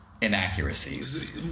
inaccuracies